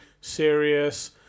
serious